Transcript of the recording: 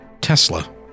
Tesla